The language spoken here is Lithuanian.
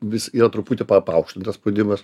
vis yra truputį pa paaukštintas spaudimas